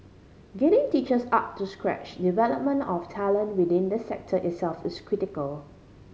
getting teachers up to scratch development of talent within this sector itself is critical